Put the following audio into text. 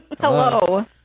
Hello